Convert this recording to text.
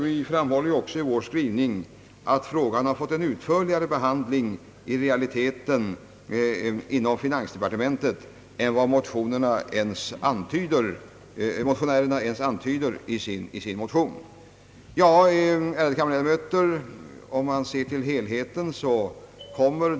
Vi framhåller också i vår skrivning att frågan i realiteten har fått en utförligare behandling inom finansdepartementet än vad motionärerna ens antyder i sin motion. Ärade kammarledamöter!